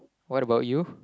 what about you